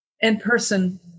in-person